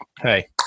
hey